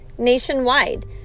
nationwide